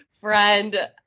friend